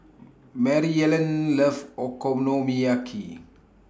Maryellen loves Okonomiyaki